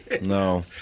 no